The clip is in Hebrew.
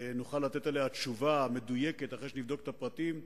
ונוכל לתת עליה תשובה מדויקת אחרי שנבדוק את הפרטים.